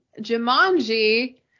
Jumanji